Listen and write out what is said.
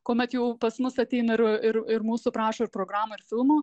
kuomet jau pas mus ateina ir ir ir mūsų prašo ir programų ir filmų